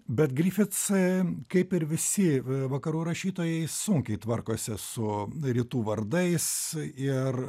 bet grifits kaip ir visi vakarų rašytojai sunkiai tvarkosi su rytų vardais ir